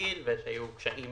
כרגיל והיו קשיים